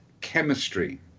chemistry